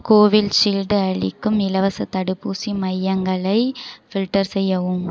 Covishield அளிக்கும் இலவசத் தடுப்பூசி மையங்களை ஃபில்டர் செய்யவும்